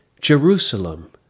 Jerusalem